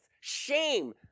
Shame